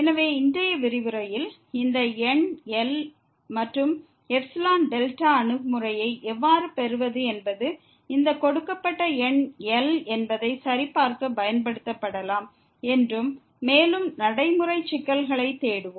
எனவே இன்றைய விரிவுரையில் இந்த எண் L மற்றும் எப்சிலான் டெல்டா அணுகுமுறையை எவ்வாறு பெறுவது என்பது இந்த கொடுக்கப்பட்ட எண் L என்பதை சரிபார்க்க பயன்படுத்தப்படலாம் என்றும் மேலும் நடைமுறை சிக்கல்களைத் தேடுவோம்